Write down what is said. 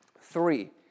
Three